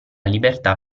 libertà